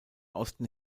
osten